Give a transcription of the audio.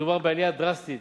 מדובר בעלייה דרסטית